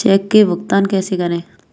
Check से भुगतान कैसे करें?